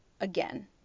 again